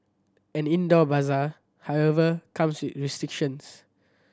an indoor bazaar however comes with restrictions